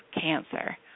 cancer